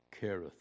careth